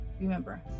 Remember